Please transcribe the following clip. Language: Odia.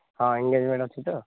ହଁ ଏନଗେଜମେଣ୍ଟ୍ ଅଛି ତ